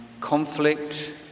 conflict